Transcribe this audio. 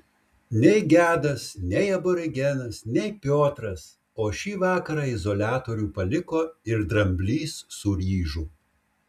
nei gedas nei aborigenas nei piotras o šį vakarą izoliatorių paliko ir dramblys su ryžu